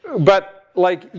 but like,